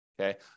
Okay